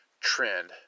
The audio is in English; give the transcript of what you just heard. trend